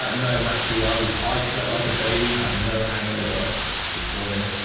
and no matthew i was i slept like a baby have no hangover this morning